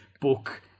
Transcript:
book